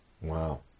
Wow